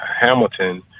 Hamilton